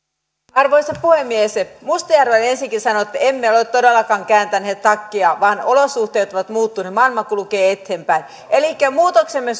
arvoisa puhemies mustajärvelle ensinnäkin sanon että emme ole todellakaan kääntäneet takkia vaan olosuhteet ovat muuttuneet ja maailma kulkee eteenpäin elikkä muutoksemme